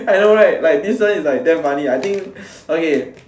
I know right this one is like damn funny I think okay